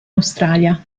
australia